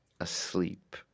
asleep